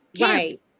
Right